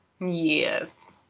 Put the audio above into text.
Yes